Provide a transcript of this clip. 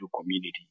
community